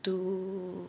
to